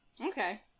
okay